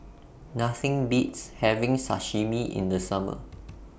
Nothing Beats having Sashimi in The Summer